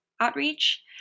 outreach